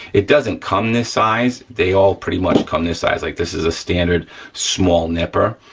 it doesn't come this size, they all pretty much come this size like this is a standard small nipper,